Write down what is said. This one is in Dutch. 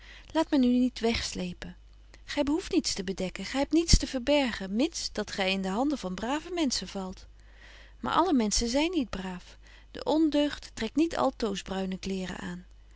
laat men u niet wegsleepen gy behoeft niets te bedekken gy hebt niets te verbergen mits dat gy in de handen van brave menschen valt maar alle menschen zyn niet braaf de ondeugd trekt niet altoos bruine kleêren aan